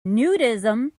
nudism